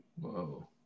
Whoa